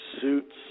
suits